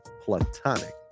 platonic